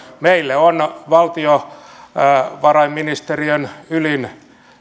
meille on valtiovarainministeriön ylin